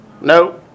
No